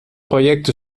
projekt